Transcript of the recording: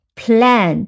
plan 、